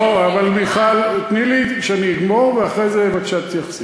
לא, אבל, מיכל, תני לי, ואחרי זה, בבקשה, תתייחסי.